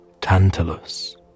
Tantalus